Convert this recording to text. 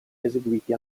eseguiti